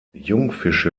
jungfische